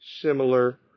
similar